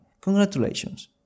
congratulations